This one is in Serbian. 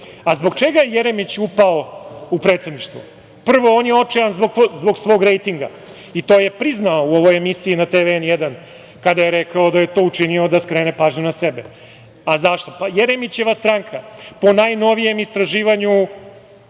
A zbog čega je Jeremić upao u Predsedništvo? Prvo, on je očajan zbog svog rejtinga i to je priznao u ovoj emisiji na televiziji N1, kada je rekao da je to učinio da skrene pažnju na sebe. A zašto? Pa Jeremićeva stranka, po najnovijem istraživanju